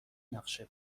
نقشه